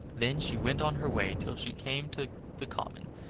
then she went on her way till she came to the common,